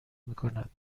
میکند